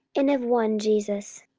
and of one jesus,